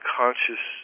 conscious